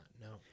No